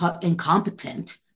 incompetent